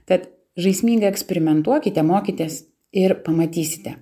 tad žaismingai eksperimentuokite mokytis ir pamatysite